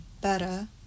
better